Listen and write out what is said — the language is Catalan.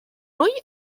ull